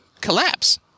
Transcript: collapse